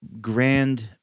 grand